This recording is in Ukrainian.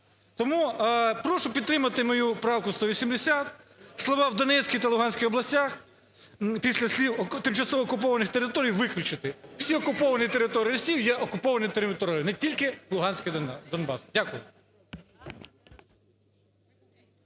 Тому прошу підтримати мою правку 180, слова "в Донецькій та Луганській областях" після слів "тимчасово окупованих територій" виключити. Всі окуповані території Росією є окупованими територіями, не тільки Луганськ і Донбас. Дякую.